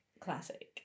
Classic